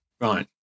right